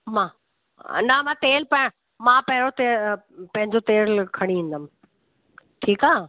मां न मां तेल पाए मां पहिरियों तेल पंहिंजो तेल खणी ईंदमि ठीकु आहे